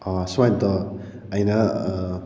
ꯁ꯭ꯋꯥꯏꯗ ꯑꯩꯅ